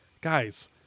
guys